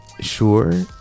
sure